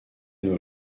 nos